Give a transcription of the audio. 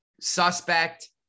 suspect